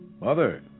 mother